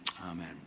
Amen